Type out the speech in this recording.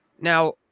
Now